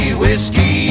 whiskey